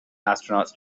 astronauts